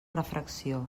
refracció